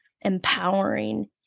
empowering